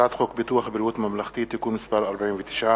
הצעת חוק ביטוח בריאות ממלכתי (תיקון מס' 49),